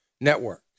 networks